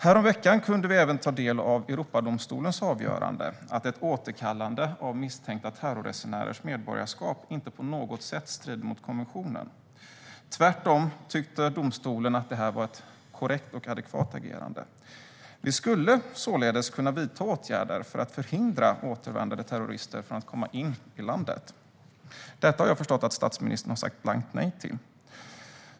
Häromveckan kunde vi även ta del av Europadomstolens avgörande enligt vilket ett återkallande av misstänkta terrorresenärers medborgarskap inte på något sätt strider mot konventionen. Domstolen tyckte tvärtom att detta är ett korrekt och adekvat agerande. Vi skulle således kunna vidta åtgärder för att hindra återvändande terrorister att komma in i landet. Detta har jag förstått att statsministern har sagt blankt nej till.